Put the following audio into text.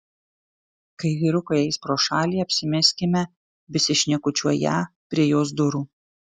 kai vyrukai eis pro šalį apsimeskime besišnekučiuoją prie jos durų